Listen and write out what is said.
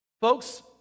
Folks